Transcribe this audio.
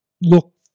look